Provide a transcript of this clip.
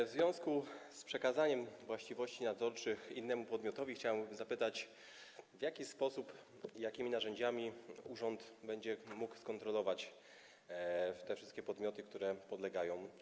W związku z przekazaniem właściwości nadzorczych innemu podmiotowi chciałem zapytać, w jaki sposób, jakimi narzędziami ten urząd będzie mógł skontrolować te wszystkie podmioty, które mu podlegają.